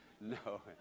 No